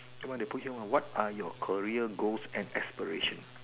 the one they put here one what are your career goals and aspiration